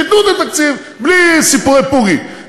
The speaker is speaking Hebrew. שייתנו את התקציב, בלי סיפורי פוגי.